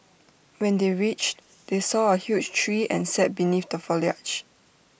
when they reached they saw A huge tree and sat beneath the foliage